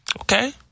Okay